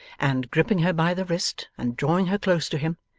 and, gripping her by the wrist and drawing her close to him,